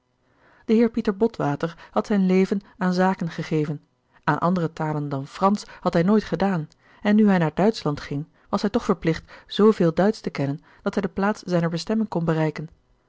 de heer pieter botwater had zijn leven aan zaken gegeven aan andere talen dan fransch had hij nooit gedaan en nu hij naar duitschland ging was hij toch verplicht zooveel duitsch te kennen dat hij de plaats zijner bestemming kon bereiken